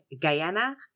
Guyana